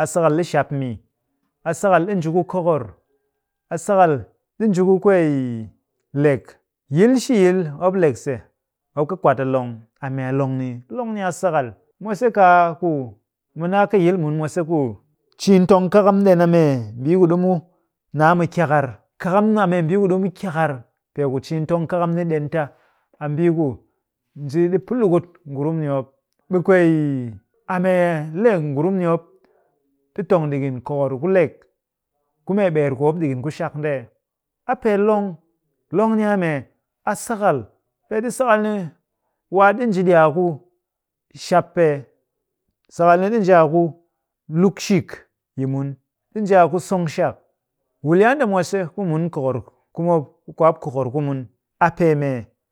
A sakal ɗi shap mii. A sakal ɗi nji ku kokor. A sakal ɗi nji ku kwee lek. Yil shi yil mop lek se, mop kɨ kwat a long. A mii a long nii? Long ni a sakal. Mwase kaaku, mu naa kɨ yil mun mwase ku ciin tong kakam ɗen a mee mbii ku ɗimu naa kyakar. Kakam a mee mbii ku ɗimu kyakar. Peeku ciin tong kakam ni ɗen ta. A mbii ku nji ɗi pɨ lukut ngurum ni mop. ɓe kwee, a mee le ngurum ni mop ɗi tong ɗikin kokor ku lek ku mee ɓeer ku mop ɗikin ku shak nde ee? A pee long. Long ni a mee? A sakal. Peeɗi sakal ni, waa ɗi nji ɗi a ku shap pee. Sakal ni ɗi nji ɗi a ku lukshik yi mun. ɗi nji a ku song shak. Wuliya nde mwase ku mun kokor ku mop, ku kwaamop kokor ku mun, a pee mee?